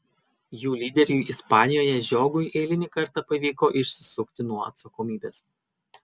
jų lyderiui ispanijoje žiogui eilinį kartą pavyko išsisukti nuo atsakomybės